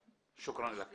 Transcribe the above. לך.